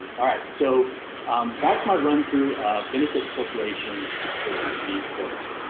alright, so that's my run through benefit corporations versus b corpse.